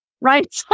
Right